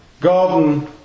garden